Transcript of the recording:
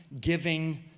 giving